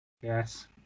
Yes